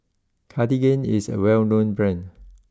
Cartigain is a well known Brand